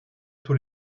tous